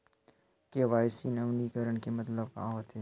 KYC नवीनीकरण के मतलब का होथे?